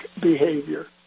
behavior